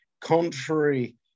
contrary